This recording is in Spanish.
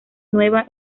nueva